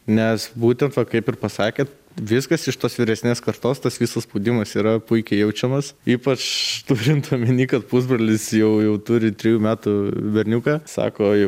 nes būtent va kaip ir pasakėt viskas iš tos vyresnės kartos tas visas spaudimas yra puikiai jaučiamas ypač turint omeny kad pusbrolis jau turi trejų metų berniuką sako